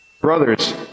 brothers